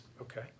okay